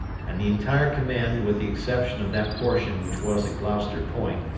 and the entire command with the exception of that portion which was at gloucester point,